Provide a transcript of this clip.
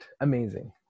amazing